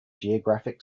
geographic